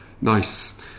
Nice